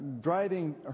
driving